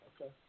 Okay